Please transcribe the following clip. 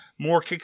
More